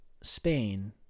Spain